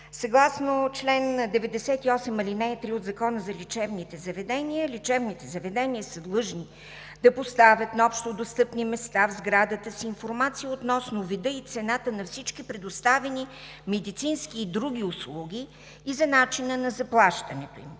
Съгласно чл. 98, ал. 3 от Закона за лечебните заведения лечебните заведения са длъжни да поставят на общодостъпни места в сградата си информация относно вида и цената на всички предоставяни медицински и други услуги и за начина на заплащането им.